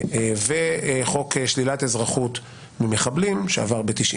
וחוק שלילת אזרחות ממחבלים שעבר בקולות